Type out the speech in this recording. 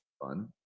fun